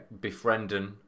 befriending